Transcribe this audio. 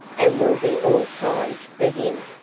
and we'll be all primed for him.